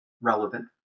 relevant